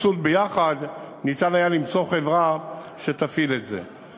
ועם הסבסוד ביחד ניתן היה למצוא חברה שתפעיל את זה.